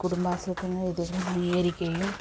കുടുംബാസൂത്രണം ഇതെല്ലാം അംഗീകരിക്കുകയും